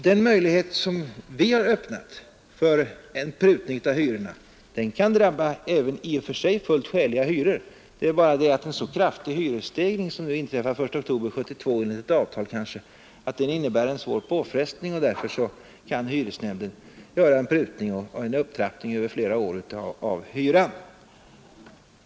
Den möjlighet som vi har öppnat för en prutning av hyrorna kan vara betydelsefull även för i och för sig fullt skäliga hyror. En kraftig hyresstegring som inträffar den 1 oktober 1972 kan nämligen innebära en svår påfrestning även om hyran i och för sig är skälig för den lokal det är fråga om. Då kan hyresnämnden med visst förslag göra en prutning med en upptrappning över flera år av hyran.